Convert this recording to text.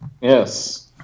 Yes